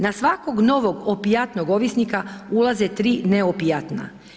Na svakog novog opijatnog ovisnika ulaze 3 neopijatna.